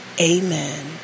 Amen